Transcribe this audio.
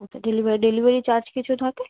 ওতে delivery delivery charge কিছু থাকে